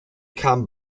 kam